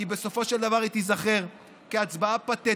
כי בסופו של דבר היא תיזכר כהצבעה פתטית,